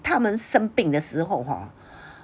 他们生病的时候 hor